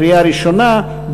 קריאה ראשונה,